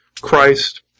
Christ